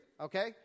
okay